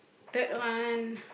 third one